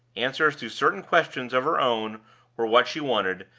answers to certain questions of her own were what she wanted,